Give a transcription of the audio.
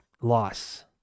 loss